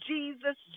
Jesus